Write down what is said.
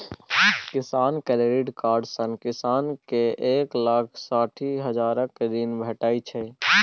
किसान credit card सँ किसान केँ एक लाख साठि हजारक ऋण भेटै छै